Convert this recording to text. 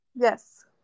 Yes